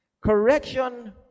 Correction